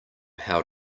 how